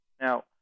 now